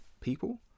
people